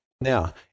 Now